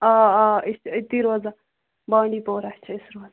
آ آ أسۍ چھِ أتی روزان بانڈی پورا چھِ أسۍ روزان